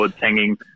hanging